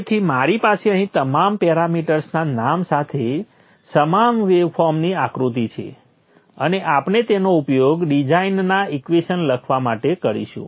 તેથી મારી પાસે અહી તમામ પેરામિટર્સના નામ સાથે સમાન વેવફોર્મની આકૃતિ છે અને આપણે તેનો ઉપયોગ ડિઝાઇનના ઇક્વેશન્સ લખવા માટે કરીશું